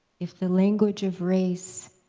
if the language of race